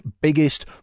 biggest